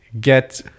get